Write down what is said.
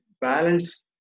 balance